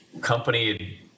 Company